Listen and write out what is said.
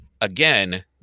again